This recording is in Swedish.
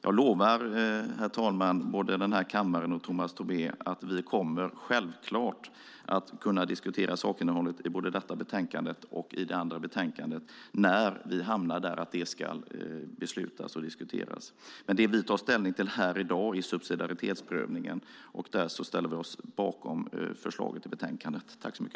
Jag lovar, herr talman, både den här kammaren och Tomas Tobé, att vi självklart kommer att kunna diskutera sakinnehållet i både detta utlåtande och det andra utlåtandet när det är dags att diskutera och besluta om detta. Det vi tar ställning till i dag är subsidiaritetsprövningen. Där ställer vi oss bakom utskottets förslag i utlåtandet.